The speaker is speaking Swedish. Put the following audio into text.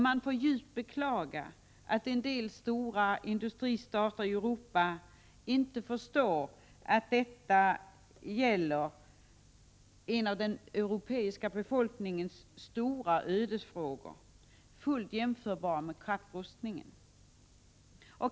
Man får djupt beklaga att vissa stora industristater i Europa inte förstår att detta gäller en av den europeiska befolkningens stora ödesfrågor, fullt jämförbar med kapprustningen.